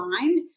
mind